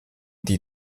die